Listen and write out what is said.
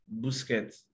Busquets